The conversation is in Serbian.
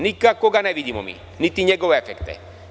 Nikako ga ne vidimo, niti njegove efekte.